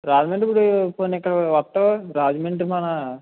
రాజమండ్రి ఇప్పుడు పోనీ ఇక్కడకి వస్తా రాజమండ్రి మన